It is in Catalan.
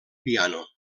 piano